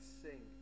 sing